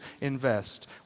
invest